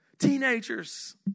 Teenagers